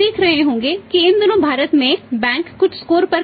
आप देख रहे होंगे कि इन दिनों भारत में बैंक कुछ स्कोर को